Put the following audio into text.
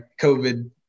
covid